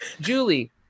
Julie